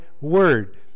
word